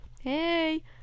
Hey